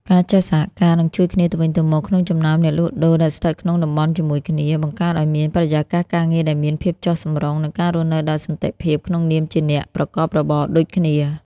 ការចេះសហការ និងជួយគ្នាទៅវិញទៅមកក្នុងចំណោមអ្នកលក់ដូរដែលស្ថិតក្នុងតំបន់ជាមួយគ្នា បង្កើតឱ្យមានបរិយាកាសការងារដែលមានភាពចុះសម្រុង និងការរស់នៅដោយសន្តិភាពក្នុងនាមជាអ្នកប្រកបរបរដូចគ្នា។